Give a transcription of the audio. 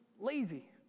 lazy